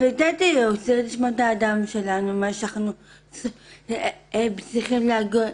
--- מה שאנחנו צריכים לעבור.